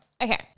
Okay